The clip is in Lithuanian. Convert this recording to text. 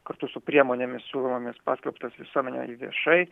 kartu su priemonėmis siūlomomis paskelbtas visuomenei ar viešai